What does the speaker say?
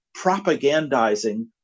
propagandizing